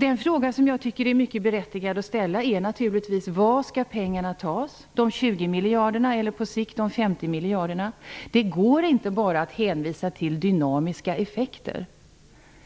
Den fråga som jag tycker är mycket berättigad att ställa är naturligtvis: Var skall de 20 miljarderna eller på sikt de 50 miljarderna tas? Det går inte att bara hänvisa till dynamiska effekter.